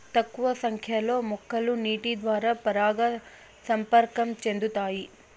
తక్కువ సంఖ్య లో మొక్కలు నీటి ద్వారా పరాగ సంపర్కం చెందుతాయి